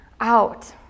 out